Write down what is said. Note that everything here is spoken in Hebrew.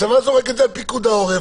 הצבא זורק את זה על פיקוד העורף.